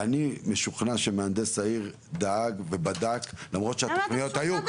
ואני משוכנע שמהנדס צעיר דאג ובדק למרות שהתוכניות היו.